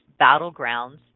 battlegrounds